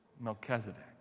Melchizedek